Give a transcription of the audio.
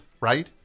right